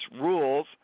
Rules